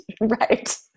right